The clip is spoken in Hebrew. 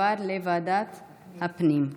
לוועדת הפנים נתקבלה.